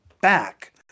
back